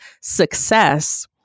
success